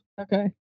Okay